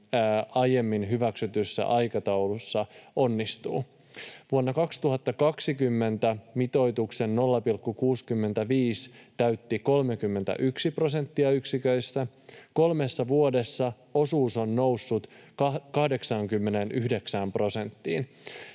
aiemmin hyväksytyssä aikataulussa onnistuu. Vuonna 2020 mitoituksen 0,65 täytti 31 prosenttia yksiköistä. Kolmessa vuodessa osuus on noussut 89 prosenttiin.